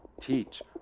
teach